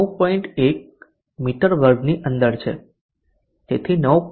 1 મી2 ની અંદર છે તેથી 9